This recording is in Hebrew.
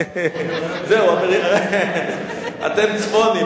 אתם צפונים.